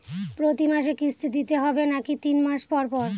প্রতিমাসে কিস্তি দিতে হবে নাকি তিন মাস পর পর?